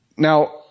Now